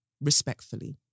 respectfully